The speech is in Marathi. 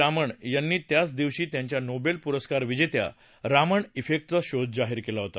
रामण यांनी याच दिवशी त्यांच्या नोबेल पुरस्कार विजेत्या रामण फेक्टचा शोध जाहीर केला होता